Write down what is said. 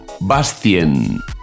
Bastien